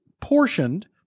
portioned